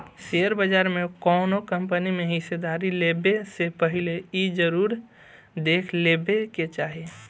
share बाजार में कौनो कंपनी में हिस्सेदारी लेबे से पहिले इ जरुर देख लेबे के चाही